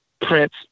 Prince